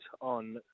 on